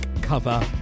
cover